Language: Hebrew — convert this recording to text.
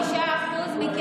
95% לומדים,